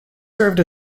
served